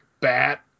bat